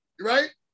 Right